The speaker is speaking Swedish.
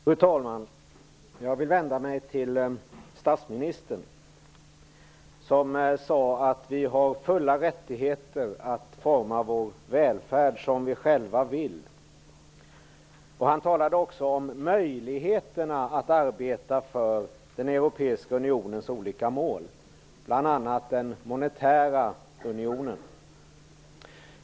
Fru talman! Jag vill vända mig till statsministern. Han sade att vi har fulla rättigheter att forma vår välfärd som vi själva vill. Statsministern talade också om möjligheterna att arbeta för den europeiska unionens olika mål, bl.a. den monetära unionen.